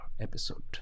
episode